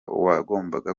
uwagombaga